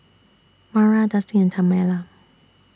Mara Dusty and Tamela